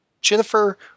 Jennifer